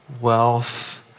wealth